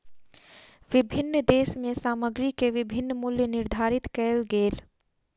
विभिन्न देश में सामग्री के विभिन्न मूल्य निर्धारित कएल गेल